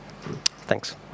Thanks